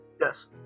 Yes